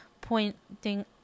pointing